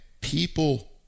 people